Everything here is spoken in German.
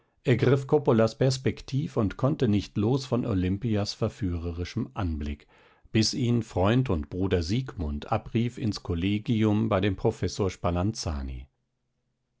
ergriff coppolas perspektiv und konnte nicht los von olimpias verführerischem anblick bis ihn freund und bruder siegmund abrief ins kollegium bei dem professor